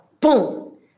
Boom